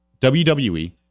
WWE